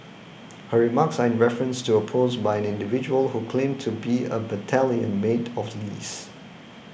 her remarks are in reference to a post by an individual who claimed to be a battalion mate of Lee's